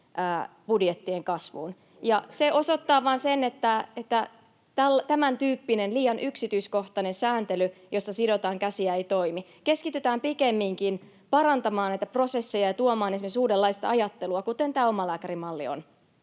kasvuun. Se osoittaa vain sen, että tämäntyyppinen liian yksityiskohtainen sääntely, jossa sidotaan käsiä, ei toimi. Keskitytään pikemminkin parantamaan näitä prosesseja ja tuomaan esimerkiksi uudenlaista ajattelua, kuten tämä omalääkärimalli on.